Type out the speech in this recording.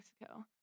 Mexico